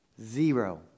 Zero